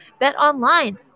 BetOnline